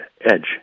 edge